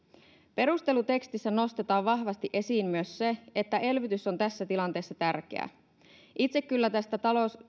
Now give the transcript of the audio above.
perustelutekstissä nostetaan vahvasti esiin myös se että elvytys on tässä tilanteessa tärkeää itse kyllä tästä